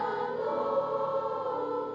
oh